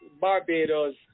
Barbados